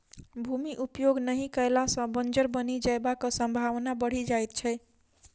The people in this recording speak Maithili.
भूमि उपयोग नहि कयला सॅ बंजर बनि जयबाक संभावना बढ़ि जाइत छै